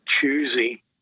choosy